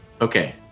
Okay